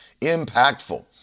impactful